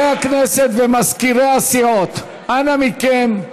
הכנסת ומזכירי הסיעות, אנא מכם,